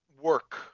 work